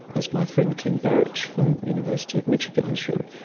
as my friend kent berridge from university of michigan has shown,